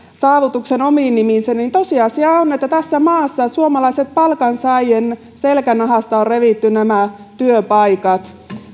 saavutuksen omiin nimiinsä tosiasia on että tässä maassa suomalaisten palkansaajien selkänahasta on revitty nämä työpaikat